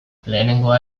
lehenengoa